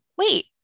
wait